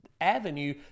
avenue